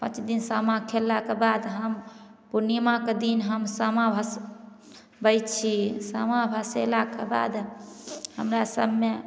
पाँच दिन सामा खेललाके बाद हम पूर्णिमाके दिन हम सामा भसबै छी सामा भसेला के बाद हमरा सबमे